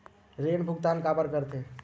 ऋण भुक्तान काबर कर थे?